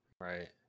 Right